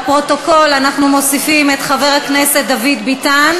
לפרוטוקול אנחנו מוסיפים את חבר הכנסת דוד ביטן,